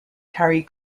carry